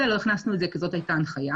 לא הכנסנו את זה כי זאת הייתה ההנחיה.